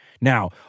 now